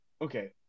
Okay